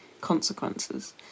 consequences